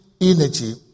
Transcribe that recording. energy